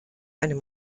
einem